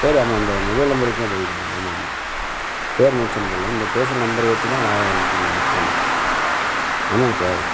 பேர் ஆமாம் இந்த மொபைல் நம்பர் வச்சு தான் பதிவு பண்ணிணோம் ஆமாம் ஆமாம் பேர் மென்ஷன் பண்ணலை இந்த பேசுகிற நம்பர் வச்சு தான் நான் இது பண்ணிணோம் புக் பண்ணிணோம் ஆமாங்க சார்